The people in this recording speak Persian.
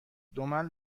دمل